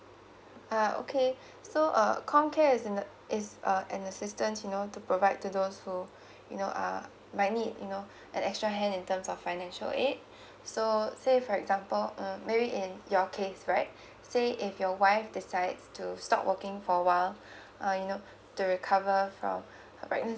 uh okay so uh com care is uh is uh an assistance you know to provide to those who you know uh might need you know an extra hand in terms of financial aid so say for example mm maybe in your case right say if your wife decides to stop working for awhile uh you know to recover from pregnancy